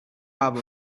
have